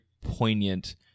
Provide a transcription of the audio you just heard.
poignant